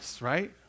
right